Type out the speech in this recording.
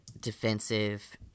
defensive